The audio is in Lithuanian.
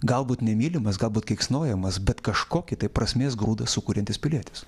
galbūt nemylimas galbūt keiksnojamas bet kažkokį tai prasmės grūdą sukuriantis pilietis